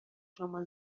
شما